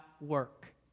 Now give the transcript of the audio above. work